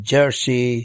Jersey